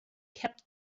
kept